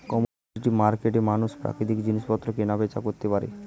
commodity মার্কেটে মানুষ প্রাকৃতিক জিনিসপত্র কেনা বেচা করতে পারে